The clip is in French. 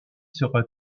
sera